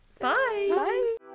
Bye